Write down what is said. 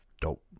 Dope